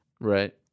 Right